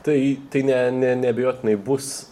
tai tai ne ne neabejotinai bus